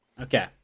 Okay